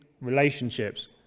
relationships